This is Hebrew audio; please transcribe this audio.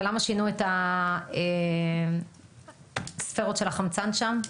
ולמה שינו את הספירות של החמצן שם?